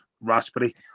Raspberry